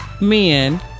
men